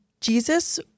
Jesus